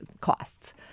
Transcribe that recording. costs